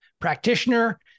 practitioner